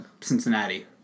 Cincinnati